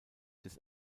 des